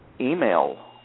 email